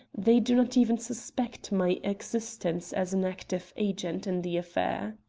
they do not even suspect my existence as an active agent in the affair.